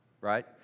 Right